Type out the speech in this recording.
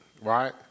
right